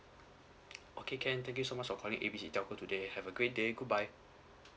okay can thank you so much for calling A B C telco today have a great day goodbye